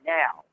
now